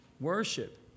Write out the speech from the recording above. Worship